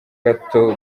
gato